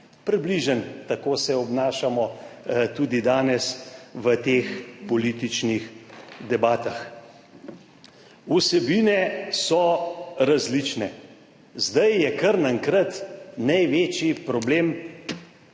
Približno tako se obnašamo tudi danes v teh političnih debatah. Vsebine so različne. Zdaj je kar naenkrat največji problem